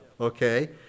okay